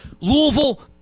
Louisville